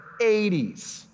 80s